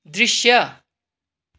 दृश्य